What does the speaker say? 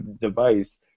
device